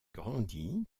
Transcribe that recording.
grandit